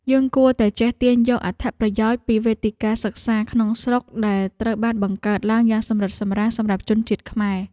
យើងគួរតែចេះទាញយកអត្ថប្រយោជន៍ពីវេទិកាសិក្សាក្នុងស្រុកដែលត្រូវបានបង្កើតឡើងយ៉ាងសម្រិតសម្រាំងសម្រាប់ជនជាតិខ្មែរ។